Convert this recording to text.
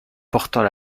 portant